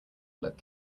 look